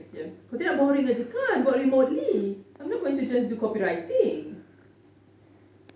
kalau tidak boring aje kan buat remotely I'm not going to do just copyrighting